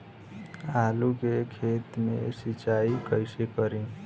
आलू के खेत मे सिचाई कइसे करीं?